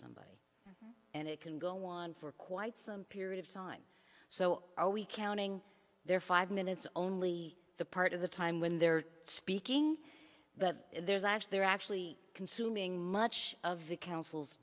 us and it can go on for quite some period of time so we counting their five minutes only the part of the time when they're speaking but there's actually they're actually consuming much of the council